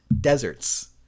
Deserts